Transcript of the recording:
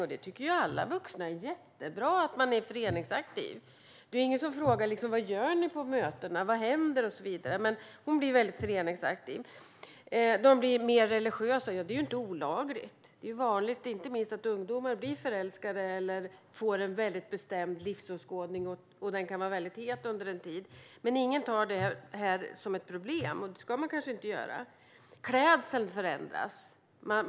Alla vuxna tycker ju att det är jättebra att man är föreningsaktiv, men det är ingen som frågar vad man gör på mötena eller vad som händer. Flickorna blir mer religiösa. Det är ju inte olagligt. Det är ju vanligt att ungdomar blir förälskade eller får en väldigt bestämd livsåskådning, och den kan vara väldigt het under en tid. Men ingen ser detta som ett problem, och det ska man kanske inte heller göra. Klädseln förändras.